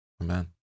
Amen